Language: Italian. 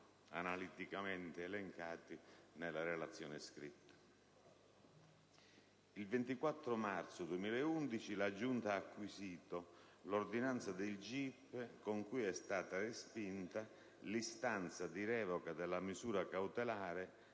analiticamente elencati nella relazione scritta. Il 24 marzo 2011 la Giunta ha acquisito l'ordinanza del GIP con cui è stata respinta l'istanza di revoca della misura cautelare